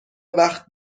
وقت